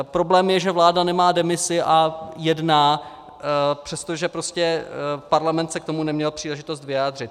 Problém je, že vláda nemá demisi a jedná, přestože parlament se k tomu neměl příležitost vyjádřit.